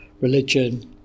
religion